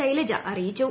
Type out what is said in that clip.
ശൈലജ അറിയിച്ചു